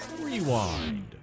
Rewind